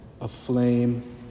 aflame